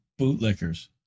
bootlickers